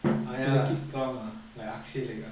ah ya lah strong lah like axaleak ah